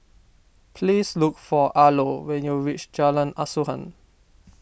please look for Arlo when you reach Jalan Asuhan